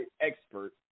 expert